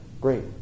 great